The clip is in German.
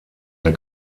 der